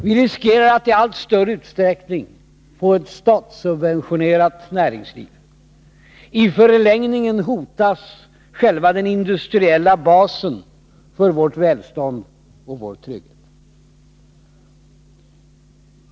Vi riskerade att i allt större utsträckning få ett statssubventionerat näringsliv. I förlängningen hotas själva den industriella basen för vårt välstånd och vår trygghet.